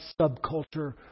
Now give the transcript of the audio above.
subculture